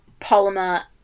polymer